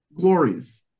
glorious